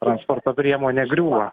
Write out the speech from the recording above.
transporto priemonė griūva